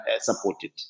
supported